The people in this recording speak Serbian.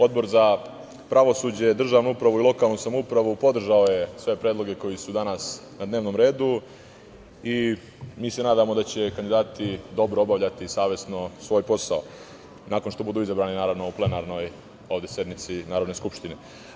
Odbor za pravosuđe, državnu upravu i lokalnu samoupravu podržao je sve predloge koji su danas na dnevnom redu i mi se nadamo da će kandidati dobro obavljati i savesno svoj posao, nakon što budu izabrani, naravno, u plenarnoj ovde sednici Narodne skupštine.